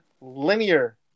linear